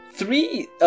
three